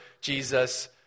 Jesus